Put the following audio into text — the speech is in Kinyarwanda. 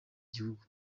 gihugu